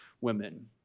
women